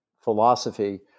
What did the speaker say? philosophy